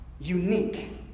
unique